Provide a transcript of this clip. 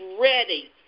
ready